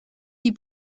die